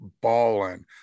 balling